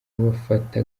bafata